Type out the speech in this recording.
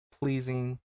pleasing